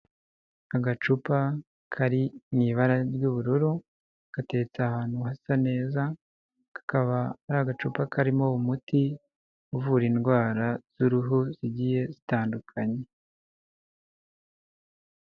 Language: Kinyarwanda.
Agacupa kari mu ibara ry'ubururu gateretse ahantu hasa neza, kakaba ari agacupa karimo umuti uvura indwara z'uruhu zigiye zitandukanye.